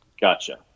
Gotcha